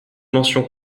mention